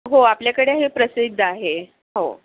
हो आपल्याकडे हे प्रसिद्ध आहे हो